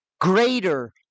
greater